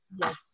Yes